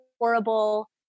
horrible